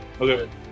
Okay